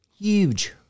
huge